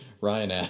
Ryan